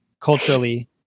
culturally